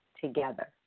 together